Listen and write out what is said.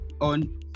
on